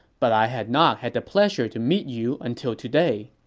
but i had not had the pleasure to meet you until today.